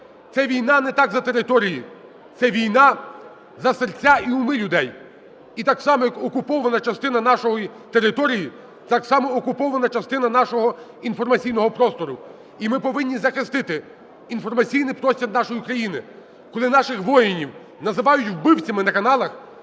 Це війна не так за території, це війна за серця і уми людей. І так само як окупована частина нашої території, так само окупована частина нашого інформаційного простору. І ми повинні захистити інформаційний простір нашої України. Коли наших воїнів називають вбивцями на каналах,